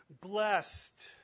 Blessed